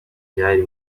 byari